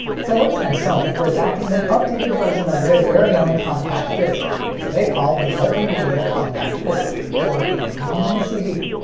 philips and sony were backing an updated version of their very own compact disc, which they called the multimedia compact disc or mmcd.